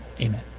Amen